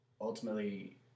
ultimately